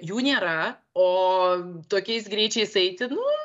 jų nėra o tokiais greičiais eiti nu